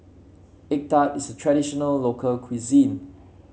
egg tart is a traditional local cuisine